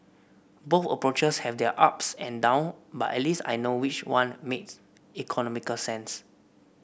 both approaches have their ups and down but at least I know which one makes economical sense